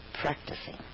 practicing